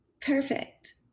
perfect